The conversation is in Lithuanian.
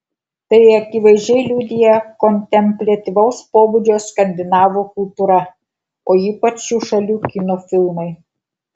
tai akivaizdžiai liudija kontempliatyvaus pobūdžio skandinavų kultūra o ypač šių šalių kino filmai